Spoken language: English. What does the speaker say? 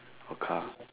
or car